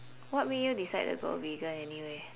what made you decide to go vegan anyway